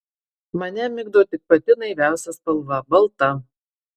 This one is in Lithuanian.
mane migdo tik pati naiviausia spalva balta